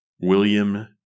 William